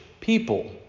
people